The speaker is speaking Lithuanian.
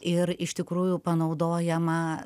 ir iš tikrųjų panaudojama